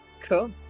Cool